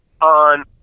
on